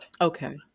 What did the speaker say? Okay